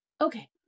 Okay